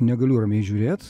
negaliu ramiai žiūrėt